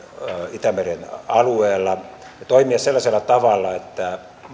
itämeren alueella ja toimia sellaisella tavalla että mahdollisimman